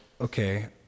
okay